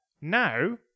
now